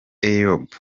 eyob